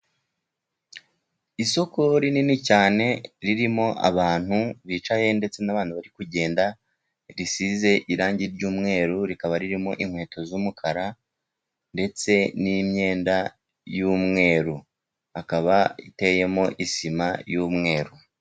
Isoko rinini cyane ririmo abantu bicaye ndetse n'abantu bari kugenda, risize irangi ry'umweru, rikaba ririmo inkweto z'umukara, ndetse n'imyenda y'umweru. Akaba iteyemo isima y'umweru.